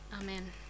Amen